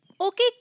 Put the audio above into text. Okay